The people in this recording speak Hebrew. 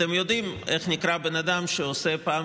אתם יודעים איך נקרא בן אדם שעושה פעם